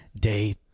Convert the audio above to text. Day